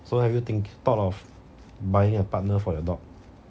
so have you think thought of buying a partner for your dog